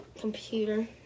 computer